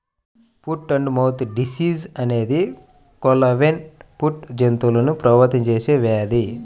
foot and mouth disease అనేది cloven foot జంతువులను ప్రభావితం చేసే వ్యాధి